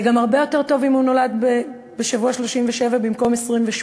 זה גם הרבה יותר טוב אם הוא נולד בשבוע ה-37 ולא בשבוע ה-28,